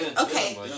Okay